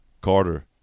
Carter